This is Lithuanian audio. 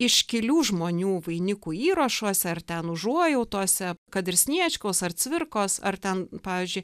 iškilių žmonių vainikų įrašuose ar ten užuojautose kad ir sniečkaus ar cvirkos ar ten pavyzdžiui